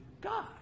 God